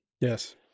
Yes